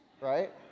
Right